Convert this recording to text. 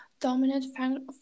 dominant